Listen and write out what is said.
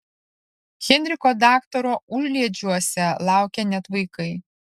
henriko daktaro užliedžiuose laukia net vaikai